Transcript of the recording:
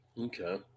Okay